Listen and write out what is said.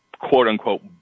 quote-unquote